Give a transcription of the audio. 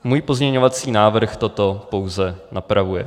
Můj pozměňovací návrh toto pouze napravuje.